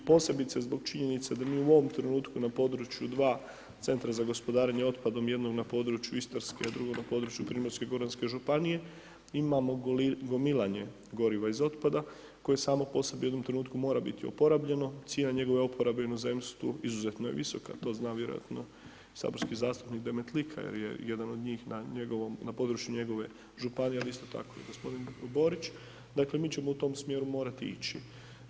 I posebice zbog činjenice da mi u ovom trenutku na području dva Centra za gospodarenje otpadom, jednom na području Istarski, a drugi na području Primorsko-goranske županije imamo gomilanje goriva iz otpada koje samo po sebi u jednom trenutku mora biti uporabljeno, cijena njegove upotrebe u inozemstvu izuzetno je visoka, to zna vjerojatno saborski zastupnik Demetlika jer je jedan od njih, na njegovom, na području njegove županije ali isto tako i g. Borić, dakle, mi ćemo u tom smjeru morati ići.